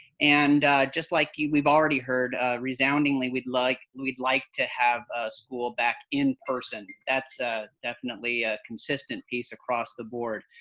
and just like we've already heard resoundingly, we'd like we'd like to have ah school back in-person. that's ah definitely a consistent piece across the board.